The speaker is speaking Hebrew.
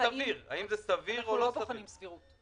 אנחנו לא בוחנים סבירות,